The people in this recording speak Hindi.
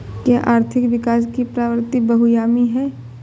क्या आर्थिक विकास की प्रवृति बहुआयामी है?